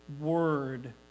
Word